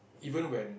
even when